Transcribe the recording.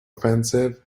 offensive